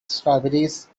strawberries